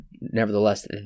nevertheless